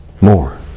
more